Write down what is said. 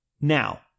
Now